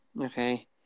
Okay